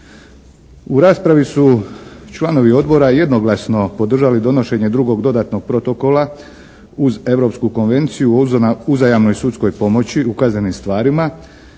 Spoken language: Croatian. U raspravi su članovi odbora jednoglasno podržali donošenje drugog dodatnog protokola uz Europsku konvenciju o uzajamnoj sudskoj pomoći u kaznenim stvarima,